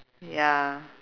ya